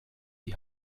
die